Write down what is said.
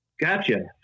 Gotcha